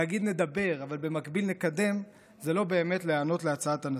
להגיד "נדבר אבל במקביל נקדם" זה לא באמת להיענות להצעת הנשיא.